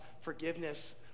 forgiveness